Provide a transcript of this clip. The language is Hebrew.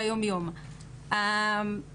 ונותנות את מתן השם,